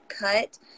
cut